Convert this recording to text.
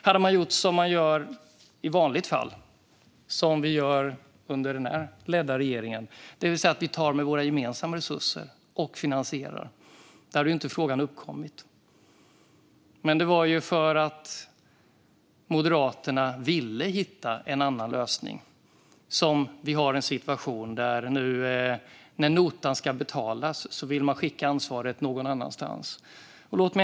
Hade man gjort som i vanliga fall, som under den här regeringen, och finansierat den med våra gemensamma resurser hade frågan inte uppkommit. Men Moderaterna ville alltså hitta en annan lösning, och det är därför vi nu har en situation där man vill skicka ansvaret någon annanstans när notan ska betalas.